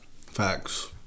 Facts